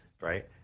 right